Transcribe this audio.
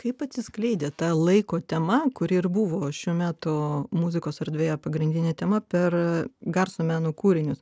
kaip atsiskleidė ta laiko tema kuri ir buvo šių metų muzikos erdvėje pagrindinė tema per garso meno kūrinius